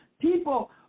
People